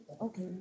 Okay